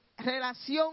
relación